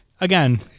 Again